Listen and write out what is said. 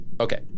Okay